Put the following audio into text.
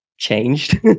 changed